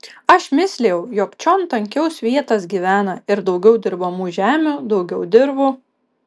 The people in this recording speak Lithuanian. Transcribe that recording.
aš mislijau jog čion tankiau svietas gyvena ir daugiau dirbamų žemių daugiau dirvų